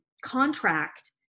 contract